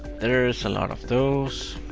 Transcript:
there's a lot of those,